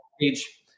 page